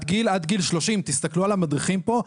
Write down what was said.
גיל עד גיל 30. תסתכלו על המדריכים פה,